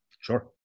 Sure